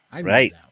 Right